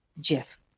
Jeff